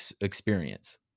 experience